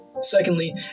Secondly